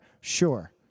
Sure